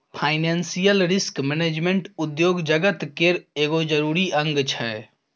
financial risk management उद्योग जगत केर एगो जरूरी अंग छै